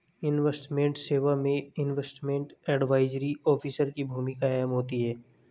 investment सेवा में investment advisory officer की भूमिका अहम होती है